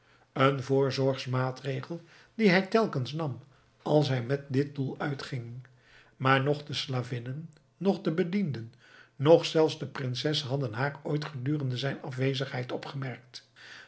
een voorzorgsmaatregel dien hij telkens nam als hij met dit doel uitging maar noch de slavinnen noch de bedienden noch zelfs de prinses hadden haar ooit gedurende zijn afwezigheid opgemerkt